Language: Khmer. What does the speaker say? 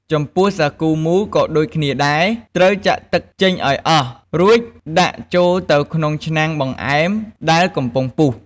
ចំពោះសាគូមូលក៏ដូចគ្នាដែរ ត្រូវចាក់ទឹកចេញឱ្យអស់ រួចដាក់ចូលទៅក្នុងឆ្នាំងបង្អែមដែលកំពុងពុះ។